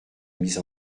mise